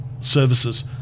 services